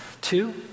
Two